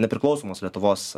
nepriklausomos lietuvos